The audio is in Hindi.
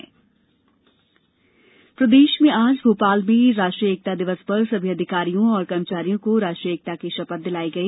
सरदार पटेल जयंती प्रदेश में आज भोपाल में राष्ट्रीय एकता दिवस पर सभी अधिकारियों और कर्मचारियों को राष्ट्रीय एकता की शपथ दिलाई गई